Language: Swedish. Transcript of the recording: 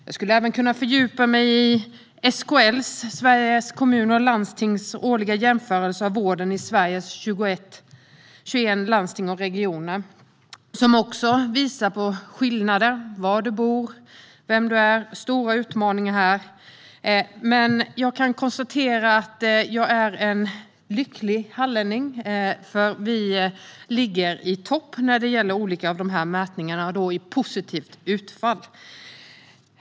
Jag skulle även kunna fördjupa mig i SKL:s, Sveriges Kommuner och Landstings, årliga jämförelse av vården i Sveriges 21 landsting och regioner, som också visar på skillnader beroende på var du bor och vem du är. Utmaningarna är stora här, men jag kan konstatera att jag är en lycklig hallänning, för Halland har ett positivt utfall och ligger i topp i olika mätningar.